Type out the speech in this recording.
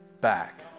back